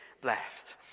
blessed